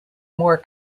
more